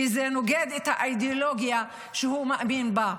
כי זה נוגד את האידאולוגיה שהוא מאמין בה,